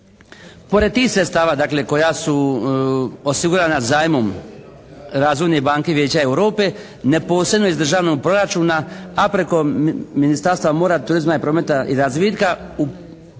Pored tih sredstava dakle koja su osigurana zajmom Razvojne banke Vijeća Europe neposredno iz državnog proračuna, a preko Ministarstva mora, turizma i prometa i razvitka